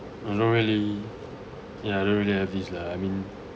I don't really ya don't really have this lah I mean